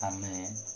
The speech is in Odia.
ଆମେ